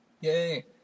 Yay